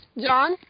John